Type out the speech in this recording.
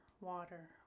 water